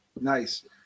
Nice